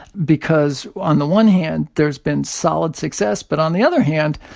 because on the one hand, there's been solid success. but on the other hand,